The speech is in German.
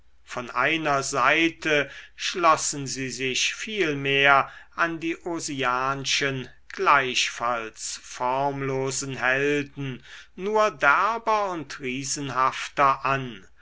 von einer seite schlossen sie sich vielmehr an die ossianschen gleichfalls formlosen helden nur derber und riesenhafter an